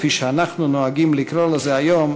כפי שאנחנו נוהגים לקרוא לזה היום,